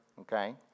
okay